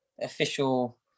official